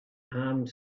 armed